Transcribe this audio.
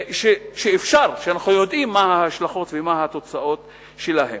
ואנחנו יודעים מה ההשלכות ומה התוצאות שלהן.